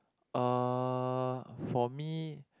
uh for me